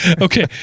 okay